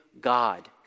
God